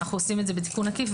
אנחנו עושים את זה בתיקון עקיף,